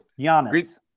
Giannis